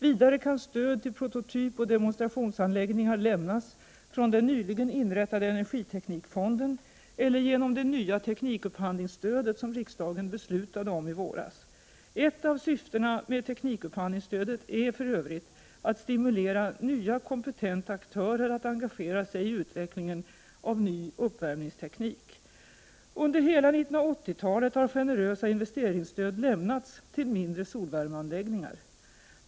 Vidare kan stöd till prototypoch demonstrationsanläggningar lämnas från den nyligen inrättade energiteknikfonden eller genom det nya teknikupphandlingsstödet som riksdagen beslutade om i våras. Ett av syftena med teknikupphandlingsstödet är för Övrigt att stimulera nya kompetenta aktörer att engagera sig i utvecklingen av ny uppvärmningsteknik. Under hela 1980-talet har generösa investeringsstöd lämnats till mindre solvärmeanläggningar.